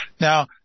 Now